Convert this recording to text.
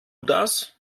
das